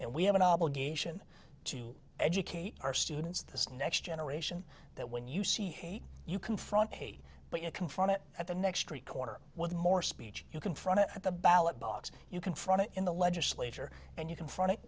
and we have an obligation to educate our students this next generation that when you see hate you confront hate but you confront it at the next treat corner with more speech you confront it at the ballot box you confront a in the legislature and you confront it